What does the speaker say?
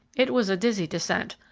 it was a dizzy descent,